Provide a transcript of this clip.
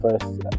First